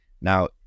now